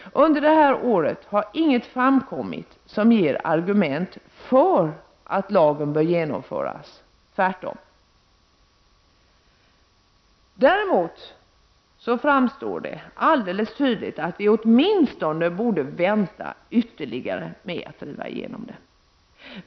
Det har inte framkommit något som ger argument för att lagen bör genomföras, tvärtom. Däremot framstår det alldeles tydligt att vi åtminstone borde vänta ytterligare med att driva igenom denna lag.